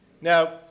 Now